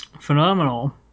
Phenomenal